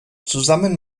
zusammen